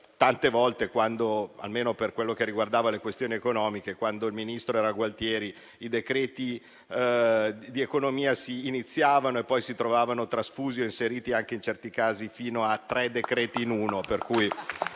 tante volte, almeno per quanto riguarda le questioni economiche, quando il ministro era Gualtieri i decreti di materia economica iniziavano e poi si trovavano trasfusi o inseriti, in certi casi fino a tre decreti in uno.